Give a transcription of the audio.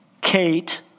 Kate